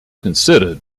considered